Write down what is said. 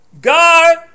God